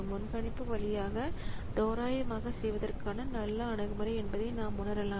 முன்கணிப்பு வழியாக தோராயமாக செய்வதற்கான நல்ல அணுகுமுறை என்பதை நாம் காணலாம்